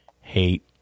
hate